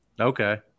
Okay